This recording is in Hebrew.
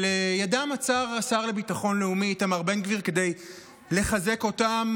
שלידם עצר השר לביטחון לאומי איתמר בן גביר כדי לחזק אותם.